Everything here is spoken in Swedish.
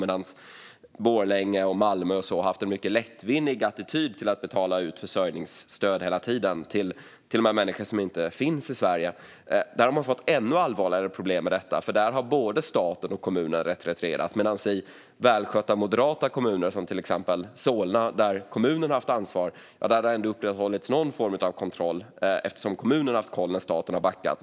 Men i Borlänge, Malmö och sådana kommuner, som har haft en mer lättvindig attityd till att hela tiden betala ut försörjningsstöd, till och med till människor som inte finns i Sverige, har man fått ännu allvarligare problem med detta. Där har både staten och kommunen retirerat. I välskötta moderata kommuner, till exempel Solna, där kommunen har haft ansvaret har det ändå upprätthållits någon form av kontroll eftersom kommunen har haft koll när staten har backat.